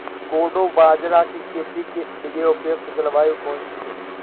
कोडो बाजरा की खेती के लिए उपयुक्त जलवायु कौन सी है?